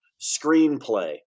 screenplay